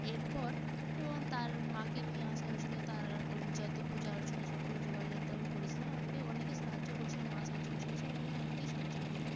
এরপর এবং তার মাকে নিয়ে আসা হয়েছিলো তারও যত পূজা অর্চনা সব কিছুর জোগাড় যন্ত্র আমি করেছিলাম আমাকে অনেকে সাহায্য করেছিলো মা সাহায্য করেছিলো এছাড়া বাড়ির অনেকেই সাহায্য করেছিলো